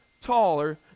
taller